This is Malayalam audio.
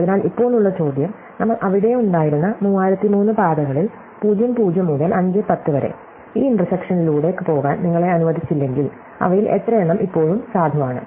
അതിനാൽ ഇപ്പോൾ ഉള്ള ചോദ്യം നമ്മൾ അവിടെ ഉണ്ടായിരുന്ന 3003 പാതകളിൽ 0 0 മുതൽ 5 10 വരെ ഈ ഇന്റർസെക്ഷനിലുടെ പോകാൻ നിങ്ങളെ അനുവദിച്ചില്ലെങ്കിൽ അവയിൽ എത്രയെണ്ണം ഇപ്പോഴും സാധുവാണ്